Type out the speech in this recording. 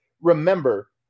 remember